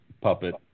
puppet